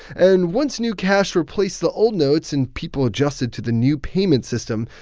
and once new cash replaced the old notes and people adjusted to the new payment system,